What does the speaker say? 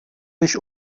sich